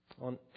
On